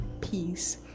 peace